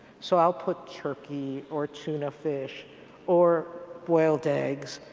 so i'll put turkey or tuna fish or boiled eggs,